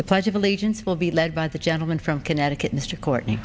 the pledge of allegiance will be led by the gentleman from connecticut mr courtney